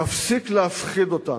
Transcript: תפסיק להפחיד אותנו.